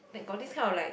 like got this kind of like